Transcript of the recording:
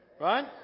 Right